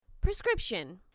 Prescription